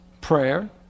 prayer